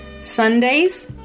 Sundays